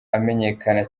amenyekana